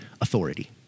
authority